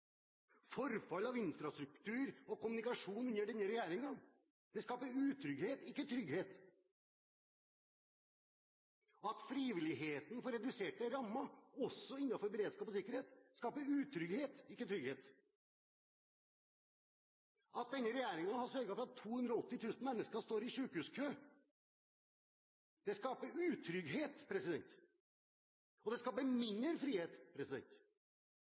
Forfall av infrastruktur og kommunikasjon under denne regjeringen skaper utrygghet, ikke trygghet. At frivilligheten får reduserte rammer, også innenfor beredskap og sikkerhet, skaper utrygghet, ikke trygghet. At denne regjeringen har sørget for at 280 000 mennesker står i sykehuskø, skaper utrygghet, og det skaper mindre frihet.